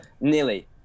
Nearly